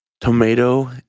tomato